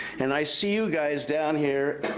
and i see you guys down here,